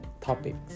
topics